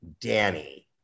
Danny